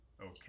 Okay